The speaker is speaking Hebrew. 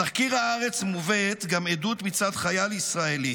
בתחקיר הארץ מובאת גם עדות מצד חייל ישראלי